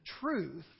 truth